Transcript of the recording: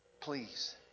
please